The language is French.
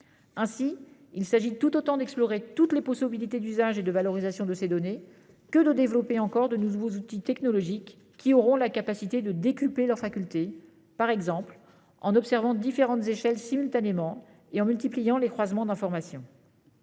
Ainsi, il s'agit tout autant d'explorer toutes les possibilités d'usage et de valorisation de ces données que de développer encore de nouveaux outils technologiques qui auront la capacité de décupler leurs facultés, par exemple en observant différentes échelles simultanément et en multipliant les croisements d'informations.